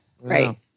right